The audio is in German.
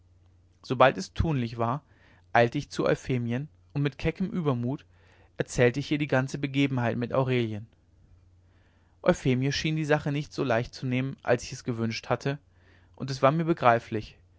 sobald es tunlich war eilte ich zu euphemien und mit keckem übermut erzählte ich ihr die ganze begebenheit mit aurelien euphemie schien die sache nicht so leicht zu nehmen als ich es gewünscht hatte und es war mir begreiflich